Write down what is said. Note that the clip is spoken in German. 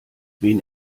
wen